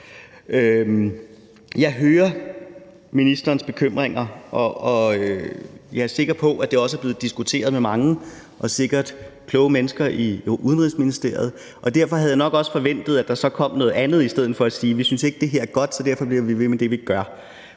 Jeg hører ministerens bekymringer. Jeg er sikker på, at det også er blevet diskuteret med mange og sikkert kloge mennesker i Udenrigsministeriet. Derfor havde jeg nok også forventet, at der så kom noget andet, i stedet for at man siger: Vi synes ikke, det her er godt, så derfor bliver vi ved med det, vi gør.